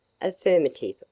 affirmative